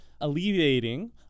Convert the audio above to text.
alleviating